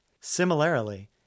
Similarly